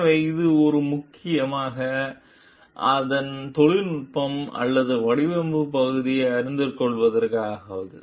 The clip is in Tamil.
எனவே இது முக்கியமாக அதன் தொழில்நுட்பம் அல்லது வடிவமைப்பு பகுதியை அறிந்து கொள்வதற்கானது